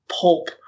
pulp